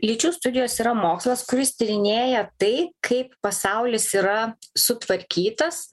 lyčių studijos yra mokslas kuris tyrinėja tai kaip pasaulis yra sutvarkytas